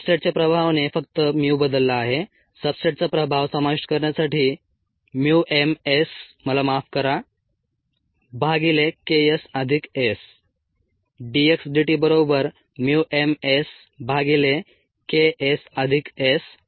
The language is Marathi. सब्सट्रेटच्या प्रभावाने फक्त mu बदलला आहे सब्सट्रेटचा प्रभाव समाविष्ट करण्यासाठी mu m S मला माफ करा भागिले K s अधिक S